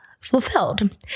fulfilled